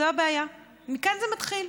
זו הבעיה, מכאן זה מתחיל.